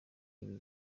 ibi